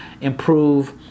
improve